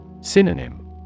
Synonym